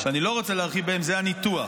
שאני לא רוצה להרחיב בהם, הוא הניתוח.